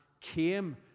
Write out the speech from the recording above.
came